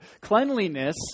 cleanliness